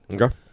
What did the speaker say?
okay